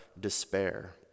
despair